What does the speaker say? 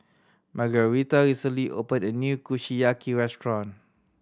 Margueritta recently opened a new Kushiyaki restaurant